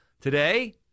today